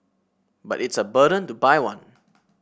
but it's a burden to buy one